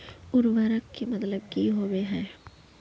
उर्वरक के मतलब की होबे है?